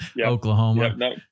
Oklahoma